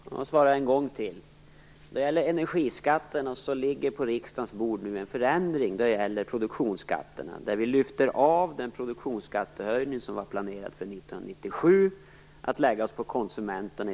Fru talman! Jag svarar ännu en gång: Då det gäller energiskatterna ligger just nu på riksdagens bord förslag till en förändring av produktionsskatterna. Vi lyfter av den produktionsskattehöjning som var planerad för 1997 för att i stället lägga den på konsumenterna.